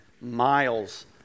miles